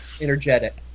energetic